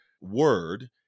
word